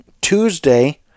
Tuesday